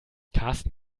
karsten